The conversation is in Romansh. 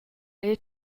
era